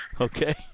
Okay